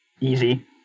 easy